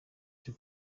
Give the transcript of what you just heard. cyo